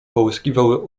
połyskiwały